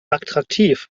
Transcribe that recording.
attraktiv